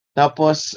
tapos